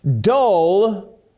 dull